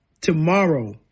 tomorrow